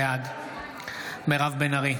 בעד מירב בן ארי,